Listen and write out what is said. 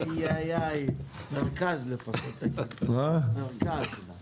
לפחות תגיד מרכז.